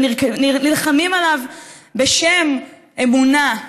אבל נלחמים עליו בשם אמונה.